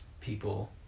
people